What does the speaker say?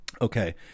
Okay